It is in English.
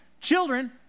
children